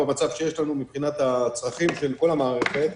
במצב שיש לנו מבחינת הצרכים של כל המערכת,